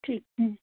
ठीक है